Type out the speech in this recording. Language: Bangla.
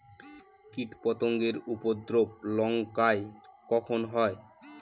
কীটপতেঙ্গর উপদ্রব লঙ্কায় কখন হয়?